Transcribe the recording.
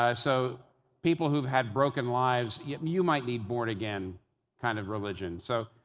um so people who've had broken lives, you might need born-again kind of religion. so,